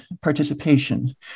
participation